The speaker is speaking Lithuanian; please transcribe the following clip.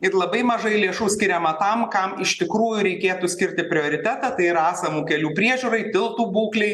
ir labai mažai lėšų skiriama tam kam iš tikrųjų reikėtų skirti prioritetą ir yra esamų kelių priežiūrai tiltų būklei